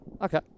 Okay